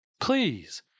please